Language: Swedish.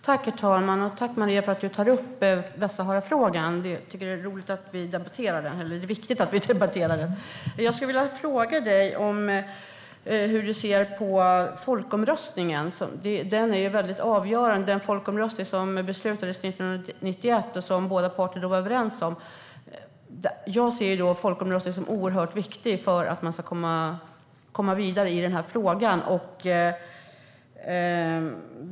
Herr talman! Tack, Maria, för att du tar upp Västsaharafrågan! Jag tycker att det är viktigt att vi debatterar den. Jag skulle vilja fråga dig hur du ser på folkomröstningen - den folkomröstning som det beslutades om 1991 och som båda parter då var överens om. Den är avgörande. Jag ser folkomröstningen som oerhört viktig för att man ska komma vidare i frågan.